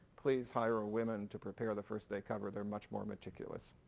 please hire women to prepare the first day covers, they're much more meticulous.